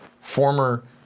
former